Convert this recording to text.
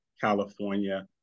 California